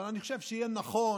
אבל אני חושב שיהיה נכון,